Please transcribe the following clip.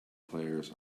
players